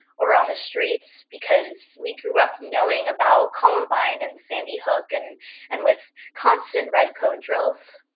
or on the streets, because we grew up knowing about columbine and sandy hook and and with constant red code drills.